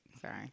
Sorry